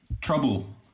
trouble